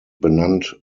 benannt